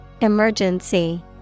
Emergency